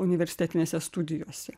universitetinėse studijose